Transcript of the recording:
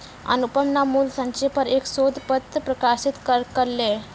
अनुपम न मूल्य संचय पर एक शोध पत्र प्रकाशित करलकय